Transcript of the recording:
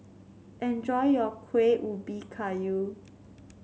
enjoy your Kueh Ubi Kayu